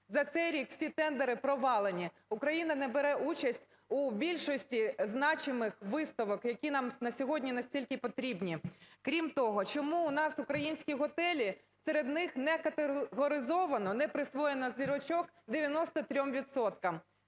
За цей рік усі тендери провалені, Україна не бере участь у більшості значимих виставок, які нам на сьогодні настільки потрібні. Крім того, чому у нас українські готелі, серед них не категоризовано, не присвоєно зірочок 93